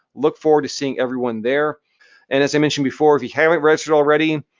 look forward to seeing everyone there and as i mentioned before, if you haven't registered already,